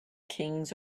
kings